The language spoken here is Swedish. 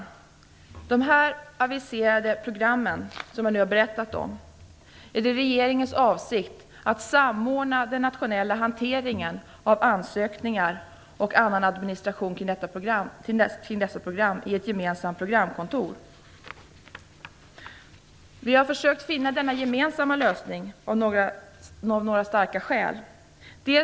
När det gäller de här aviserade programmen, som jag nu har berättat om, är det regeringens avsikt att samordna den nationella hanteringen av ansökningar och annan administration kring dessa program i ett gemensamt programkontor. Vi har försökt finna denna gemensamma lösning av några starka skäl.